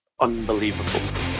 unbelievable